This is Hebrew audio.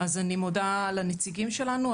אז אני מודה לנציגים שלנו.